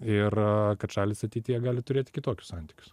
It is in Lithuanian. ir kad šalys ateityje gali turėti kitokius santykius